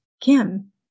Kim